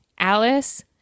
Alice